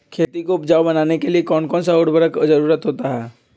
खेती को उपजाऊ बनाने के लिए कौन कौन सा उर्वरक जरुरत होता हैं?